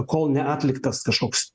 kol neatliktas kažkoks